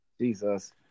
Jesus